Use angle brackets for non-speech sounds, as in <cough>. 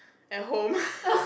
at home <laughs>